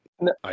no